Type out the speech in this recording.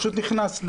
פשוט נכנס,